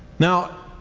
now,